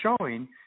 showing